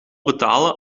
betalen